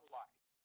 life